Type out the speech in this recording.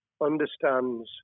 understands